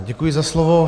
Děkuji za slovo.